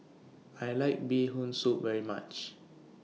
I like Bee Hoon Soup very much